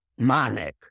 Manek